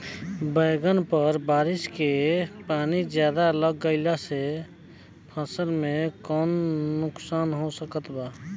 बैंगन पर बारिश के पानी ज्यादा लग गईला से फसल में का नुकसान हो सकत बा?